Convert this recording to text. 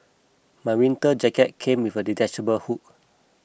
my winter jacket came with detachable hood